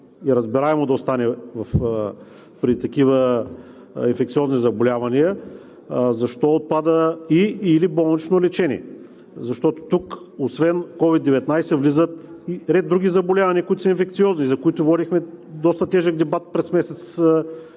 е разбираемо да остане при такива инфекциозни заболявания, защо отпада „и/или болнично лечение“? Защото тук освен COVID-19 влизат и ред други заболявания, които са инфекциозни, за които водихме доста тежък дебат през месец